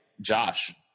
Josh